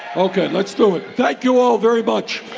ok. let's do it. thank you all very much